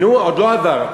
נו, עוד לא עבר.